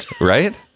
right